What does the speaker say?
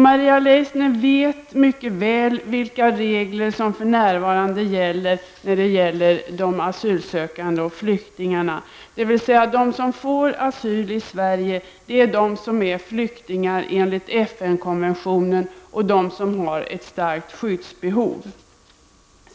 Maria Leissner vet mycket väl vilka regler som för närvarande gäller i fråga om de asylsökande och flyktingarna, dvs. de som får asyl i Sverige är de som är flyktingar enligt FN-konventionen och de som har ett starkt skyddsbehov.